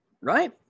right